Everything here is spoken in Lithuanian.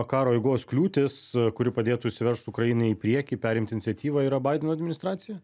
karo eigos kliūtis kuri padėtų išsivers ukrainai į priekį perimti iniciatyvą yra baideno administracija